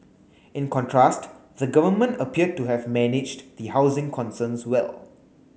in contrast the government appeared to have managed the housing concerns well